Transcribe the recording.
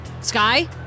Sky